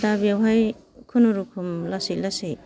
दा बेवहाय खुनुरोखोम लासै लासै